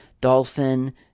Dolphin